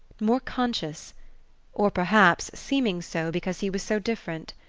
more conscious or perhaps seeming so because he was so different.